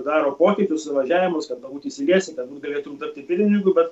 daro pokytį suvažiavimus kad galbūt įsiliesi galbūt galėtum tapti pirmininku bet